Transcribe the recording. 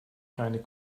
keine